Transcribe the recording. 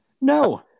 No